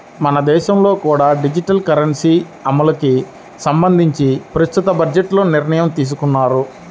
మన దేశంలో కూడా డిజిటల్ కరెన్సీ అమలుకి సంబంధించి ప్రస్తుత బడ్జెట్లో నిర్ణయం తీసుకున్నారు